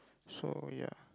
so ya